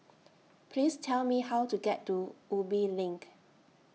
Please Tell Me How to get to Ubi LINK